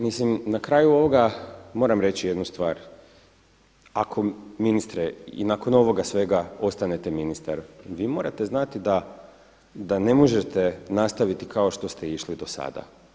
Mislim na kraju ovoga moram reći jednu stvar, ako ministre i nakon ovoga svega ostanete ministar, vi morate znati da ne možete nastaviti kao što ste išli do sada.